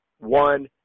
one